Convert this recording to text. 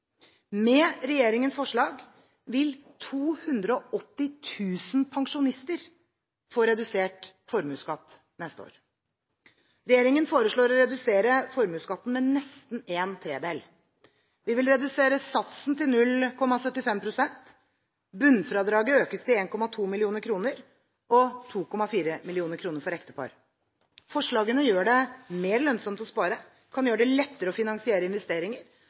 Med Regjeringens forslag vil 280 000 pensjonister få redusert formuesskatt neste år. Regjeringen foreslår å redusere formuesskatten med nesten en tredel. Vi vil redusere satsen til 0,75 pst. Bunnfradraget økes til 1,2 mill. kr, og 2,4 mill. kr for ektepar. Forslagene gjør det mer lønnsomt å spare, kan gjøre det lettere å finansiere investeringer